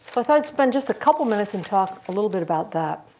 so i though i'd spend just a couple minutes and talk a little bit about that.